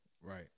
Right